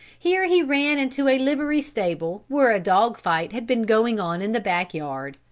here he ran into a livery stable where a dog fight had been going on in the back yard.